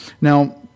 Now